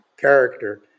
character